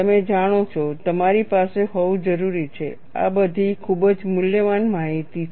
તમે જાણો છો તમારી પાસે હોવું જરૂરી છે આ બધી ખૂબ જ મૂલ્યવાન માહિતી છે